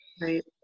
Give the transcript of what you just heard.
Right